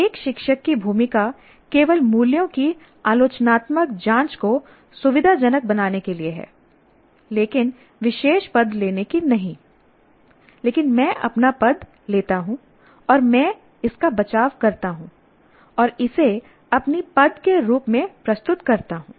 एक शिक्षक की भूमिका केवल मूल्यों की आलोचनात्मक जांच को सुविधाजनक बनाने के लिए है लेकिन विशेष पद लेने की नहीं लेकिन मैं अपना पद लेता हूं और मैं इसका बचाव करता हूं और इसे अपने पद के रूप में प्रस्तुत करता हूं